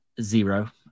zero